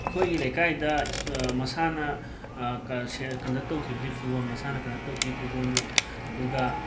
ꯏꯈꯣꯏꯒꯤ ꯂꯩꯀꯥꯏꯗ ꯏꯁꯄ ꯃꯁꯥꯟꯅꯥ ꯀꯥ ꯁꯦꯜ ꯀꯟꯗꯛ ꯇꯧꯈꯤꯕꯗꯤ ꯐꯨꯠꯕꯣꯟ ꯃꯁꯥꯟꯅ ꯀꯟꯗꯛ ꯇꯧꯈꯤ ꯐꯨꯠꯕꯣꯟꯖꯦ ꯑꯗꯨꯒ